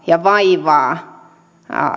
ja vaivaa